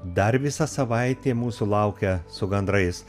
dar visa savaitė mūsų laukia su gandrais